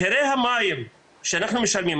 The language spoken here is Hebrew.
מחירי המים שאנחנו משלמים,